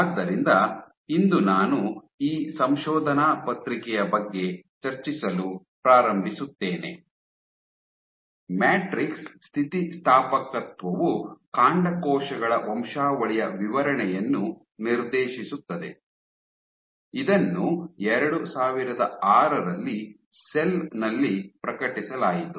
ಆದ್ದರಿಂದ ಇಂದು ನಾನು ಈ ಸಂಶೋಧನಾ ಪತ್ರಿಕೆಯ ಬಗ್ಗೆ ಚರ್ಚಿಸಲು ಪ್ರಾರಂಭಿಸುತ್ತೇನೆ ಮ್ಯಾಟ್ರಿಕ್ಸ್ ಸ್ಥಿತಿಸ್ಥಾಪಕತ್ವವು ಕಾಂಡಕೋಶಗಳ ವಂಶಾವಳಿಯ ವಿವರಣೆಯನ್ನು ನಿರ್ದೇಶಿಸುತ್ತದೆ ಇದನ್ನು 2006 ರಲ್ಲಿ ಸೆಲ್ ನಲ್ಲಿ ಪ್ರಕಟಿಸಲಾಯಿತು